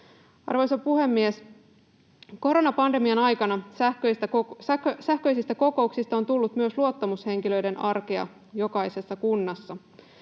Arvoisa puhemies! Koronapandemian aikana sähköisistä kokouksista on tullut myös luottamushenkilöiden arkea jokaisessa kunnassa.